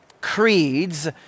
creeds